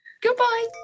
goodbye